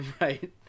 Right